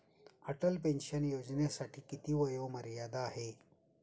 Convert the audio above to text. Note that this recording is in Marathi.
अटल पेन्शन योजनेसाठी किती वयोमर्यादा आहे?